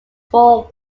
four